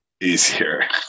easier